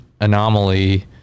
anomaly